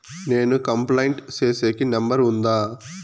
నేను కంప్లైంట్ సేసేకి నెంబర్ ఉందా?